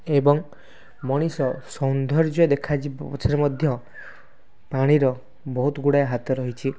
ଏବଂ ମଣିଷ ସୌନ୍ଦର୍ଯ୍ୟ ଦେଖାଯିବା ପଛରେ ମଧ୍ୟ ପାଣିର ବହୁତ ଗୁଡ଼ାଏ ହାତ ରହିଛି